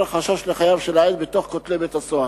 חשש לחייו של העד בין כותלי בית-הסוהר,